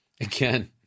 again